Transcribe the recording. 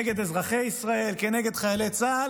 נגד אזרחי ישראל, נגד חיילי צה"ל,